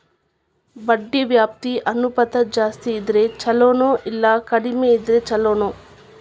ಬಡ್ಡಿ ವ್ಯಾಪ್ತಿ ಅನುಪಾತ ಜಾಸ್ತಿ ಇದ್ರ ಛಲೊನೊ, ಇಲ್ಲಾ ಕಡ್ಮಿ ಇದ್ರ ಛಲೊನೊ?